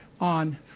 on